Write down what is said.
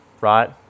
right